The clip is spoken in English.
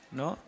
no